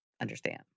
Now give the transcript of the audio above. understand